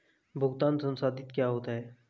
भुगतान संसाधित क्या होता है?